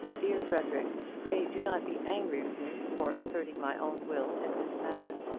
dear frederic, pray do not be angry with me for asserting my own will in this matter.